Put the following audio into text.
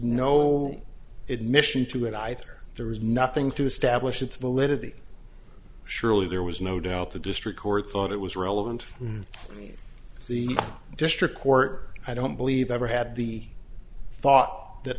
it mission to it either there was nothing to establish its validity surely there was no doubt the district court thought it was relevant in the district court i don't believe i ever had the thought that